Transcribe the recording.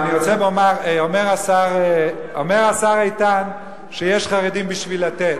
אומר השר איתן, שיש חרדים בשביל לתת,